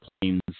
planes